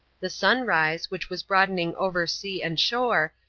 the sunrise, which was broadening over sea and shore,